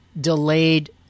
delayed